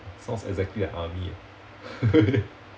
sounds exactly like army